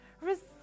receive